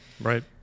Right